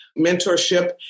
mentorship